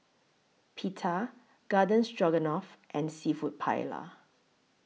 Pita Garden Stroganoff and Seafood Paella